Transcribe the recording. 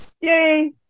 yay